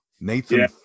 Nathan